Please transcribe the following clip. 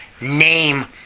name